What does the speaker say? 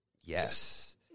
yes